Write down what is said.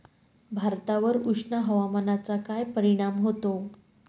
भातावर उष्ण हवामानाचा काय परिणाम होतो?